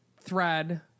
thread